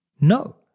No